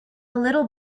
little